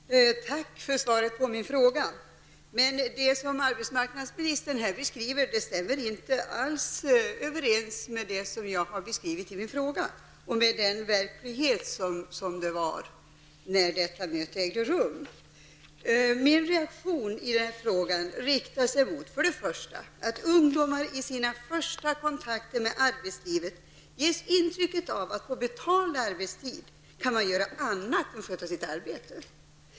Herr talman! Tack för svaret på min fråga. Det som arbetsmarknadsministern beskriver stämmer inte alls överens med det som jag har beskrivit i min fråga eller med verkligheten när detta möte ägde rum. Min kritik i denna fråga riktar sig mot för det första att ungdomarna i sina första kontakter med arbetslivet ges intrycket att man på betald arbetstid kan göra annat än att sköta sitt arbete.